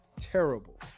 terrible